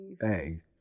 Hey